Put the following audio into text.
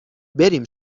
بریم